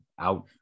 out